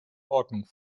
ordnung